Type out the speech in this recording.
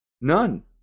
None